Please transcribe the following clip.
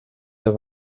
der